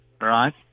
Right